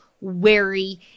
wary